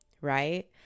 right